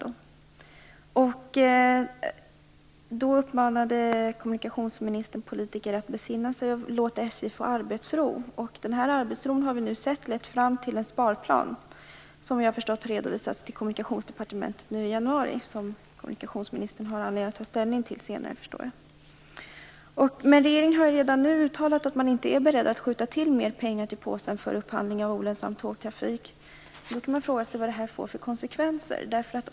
Då uppmanade kommunikationsministern politiker att besinna sig och låta SJ få arbetsro. Den arbetsron har nu lett fram till en sparplan, som jag förstår har redovisats för Kommunikationsdepartementet nu i januari och som kommunikationsministern har anledning att ta ställning till senare. Men regeringen har redan nu uttalat att man inte är beredd att skjuta till mer pengar för upphandling av olönsam tågtrafik. Då kan man fråga sig vad det får för konsekvenser.